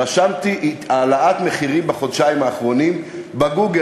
רשמתי "העלאת מחירים בחודשיים האחרונים", ב"גוגל".